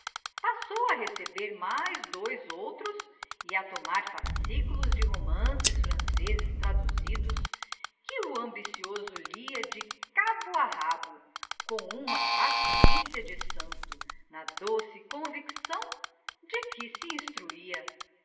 passou a receber mais dois outros e a tomar fascículos de romances franceses traduzidos que o ambicioso lia de cabo a rabo com uma paciência de santo na doce convicção de que se instruía